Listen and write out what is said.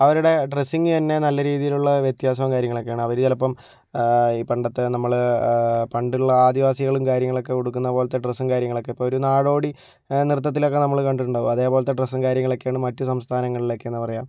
അവരുടെ ഡ്രസ്സിങ്ങ് തന്നെ നല്ല രീതിയിലുള്ള വ്യത്യാസവും കാര്യങ്ങളൊക്കെ ആണ് അവർ ചിലപ്പോൾ ഈ പണ്ടത്തെ നമ്മൾ പണ്ടുള്ള ആദിവാസികളും കാര്യങ്ങളൊക്കെ ഉടുക്കുന്ന പോലത്തെ ഡ്രസ്സും കാര്യങ്ങളൊക്കെ ഇപ്പൊരു നാടോടി നൃത്തത്തിലൊക്കെ നമ്മൾ കണ്ടിട്ടുണ്ടാവും അതേപോലത്തെ ഡ്രസ്സും കാര്യങ്ങളൊക്കെയാണ് മറ്റു സംസ്ഥാനങ്ങളിലൊക്കെയെന്ന് പറയാം